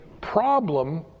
problem